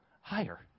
higher